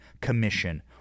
commission